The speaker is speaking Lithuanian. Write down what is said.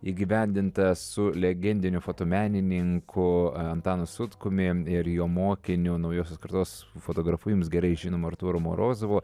įgyvendintą su legendiniu fotomenininku antanu sutkumi ir jo mokiniu naujos kartos fotografu jums gerai žinomu artūru morozovu